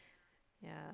yeah